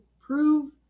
prove